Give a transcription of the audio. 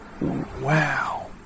Wow